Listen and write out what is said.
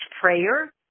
prayer